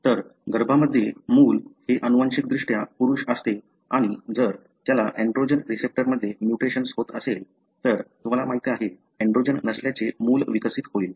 तर गर्भामध्ये मूल हे अनुवांशिकदृष्ट्या पुरुष असते आणि जर त्याला एन्ड्रोजन रिसेप्टरमध्ये म्युटेशन्स होत असेल तर तुम्हाला माहीत आहे एन्ड्रोजन नसल्याचे मूल विकसित होईल